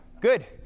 Good